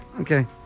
Okay